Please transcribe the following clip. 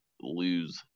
lose